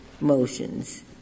motions